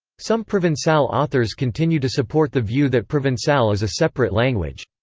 some provencal authors continue to support the view that provencal is a separate language.